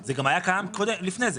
אבל זה היה קיים גם לפני כן.